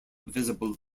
visible